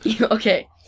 Okay